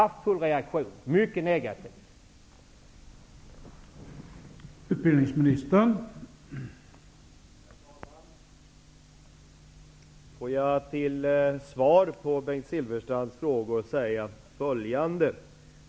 Det har varit en mycket negativ reaktion.